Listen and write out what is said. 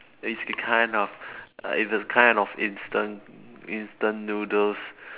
it's the kind of uh it's a kind of instant instant noodles